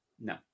No